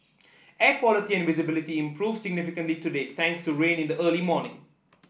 air quality and visibility improved significantly today thanks to rain in the early morning